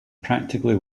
practically